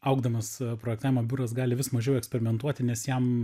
augdamas projektavimo biuras gali vis mažiau eksperimentuoti nes jam